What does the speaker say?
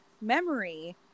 memory